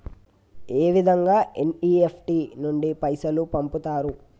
ఏ విధంగా ఎన్.ఇ.ఎఫ్.టి నుండి పైసలు పంపుతరు?